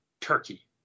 Turkey